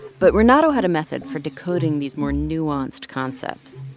but renato had a method for decoding these more nuanced concepts.